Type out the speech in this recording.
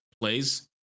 plays